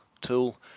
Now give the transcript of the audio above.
tool